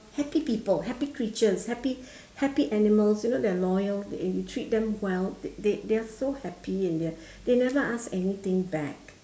happy people happy creatures happy happy animals you know they're loyal you treat them well they they're so happy and they are they never ask anything back